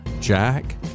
jack